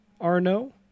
Arno